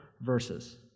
verses